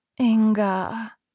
Inga